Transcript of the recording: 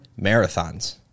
marathons